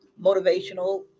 motivational